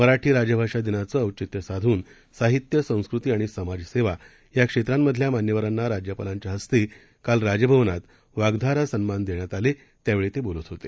मराठी राजभाषा दिनाचं औचित्य साधून साहित्य संस्कृती आणि समाजसेवा या क्षेत्रांमधल्या मान्यवरांना राज्यपालांच्या हस्ते काल राजभवनात वाग्धारा सन्मान देण्यात आले त्यावेळी ते बोलत होते